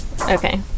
Okay